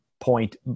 point